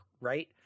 Right